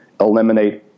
eliminate